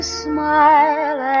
smile